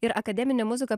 ir akademinė muzika